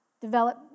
develop